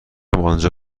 آنجا